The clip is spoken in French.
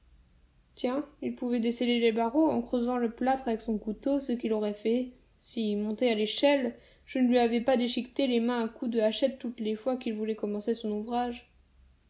tiens il pouvait desceller les barreaux en creusant le plâtre avec son couteau ce qu'il aurait fait si montée à l'échelle je ne lui avais pas déchiqueté les mains à coups de hachette toutes les fois qu'il voulait commencer son ouvrage